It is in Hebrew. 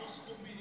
אותו סכום.